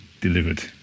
delivered